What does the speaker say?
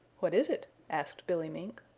what is it? asked billy mink.